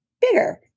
bigger